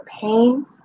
pain